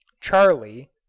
charlie